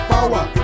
Power